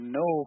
no